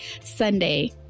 Sunday